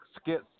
skits